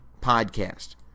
podcast